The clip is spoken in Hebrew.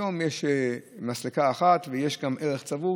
היום יש מסלקה אחת ויש גם ערך צבור.